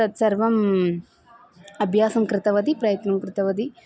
तत्सर्वम् अभ्यासं कृतवती प्रयत्नं कृतवती